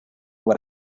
what